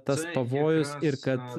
tas pavojus ir kad